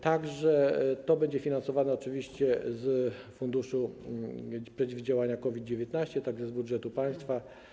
Tak że to będzie finansowane oczywiście z Funduszu Przeciwdziałania COVID-19 oraz z budżetu państwa.